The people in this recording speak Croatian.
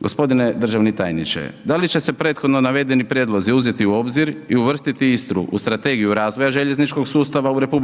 Gospodine državni tajniče, da li će se prethodno navedeno prijedlozi uzeti u obzir i uvrstiti Istru u strategiju razvoja željezničkog sustava u RH